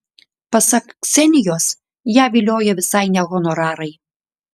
pasak ksenijos ją vilioja visai ne honorarai